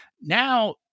Now